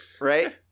right